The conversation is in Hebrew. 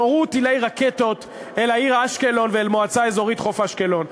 נורו רקטות אל העיר אשקלון ואל המועצה האזורית חוף-אשקלון.